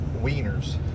wieners